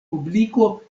publiko